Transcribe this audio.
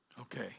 okay